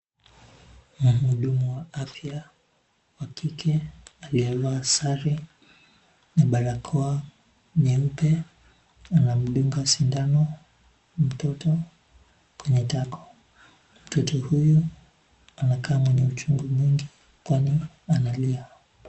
Mhudumu wa Afya wa kike aliyevaa sare na barakoa nyeupe anamdunga sindano mtoto kwenye tako. Mtoto huyu anakaa mwenye uchungu mwingi kwani analia.